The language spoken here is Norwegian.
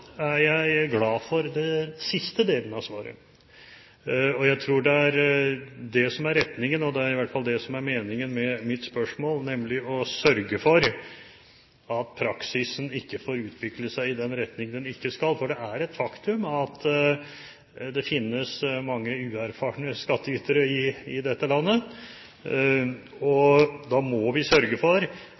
er jeg glad for den siste delen av svaret. Jeg tror det er det som er retningen – det er iallfall det som er meningen med mitt spørsmål – å sørge for at praksisen ikke får utvikle seg i den retningen den ikke skal, for det er et faktum at det finnes mange uerfarne skattytere i dette landet. Da må vi sørge for